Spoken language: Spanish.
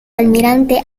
almirante